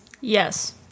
yes